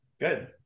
good